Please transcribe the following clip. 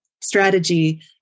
Strategy